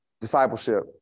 discipleship